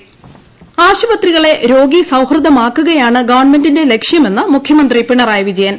് ആശുപത്രികളെ രോഗീസൌഹൃദമാക്കുകയാണ് ഗവൺമെന്റിന്റെ ലക്ഷ്യമെന്ന് മുഖ്യമന്ത്രി പിണറായി വിജയൻ